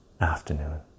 afternoon